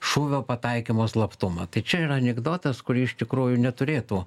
šūvio pataikymo slaptumą tai čia yra anekdotas kurį iš tikrųjų neturėtų